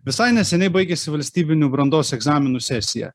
visai neseniai baigėsi valstybinių brandos egzaminų sesija